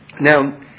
now